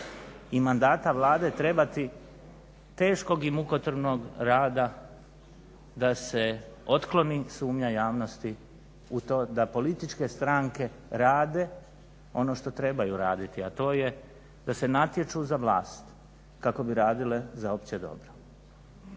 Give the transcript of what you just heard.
i mandata Vlade trebati teškog i mukotrpnog rada da se otkloni sumnja javnosti u to da političke stranke rade ono što trebaju raditi, a to je da se natječu za vlast kako bi radile za opće dobro.